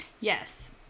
yes